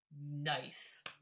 Nice